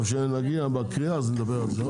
טוב, כשנגיע בקריאה אז נדבר על זה.